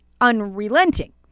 unrelenting